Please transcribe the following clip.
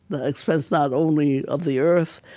the expense not only of the earth,